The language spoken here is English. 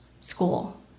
school